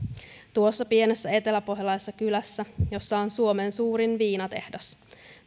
tuossa pienessä eteläpohjalaisessa kylässä jossa on suomen suurin viinatehdas